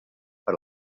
per